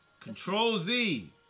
Control-Z